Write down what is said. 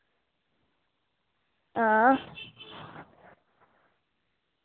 हां